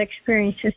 experiences